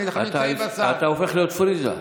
אתה הופך להיות "פריג'ה".